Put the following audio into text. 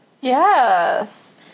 yes